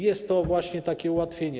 Jest to właśnie takie ułatwienie.